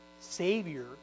Savior